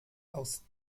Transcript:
aus